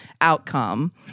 outcome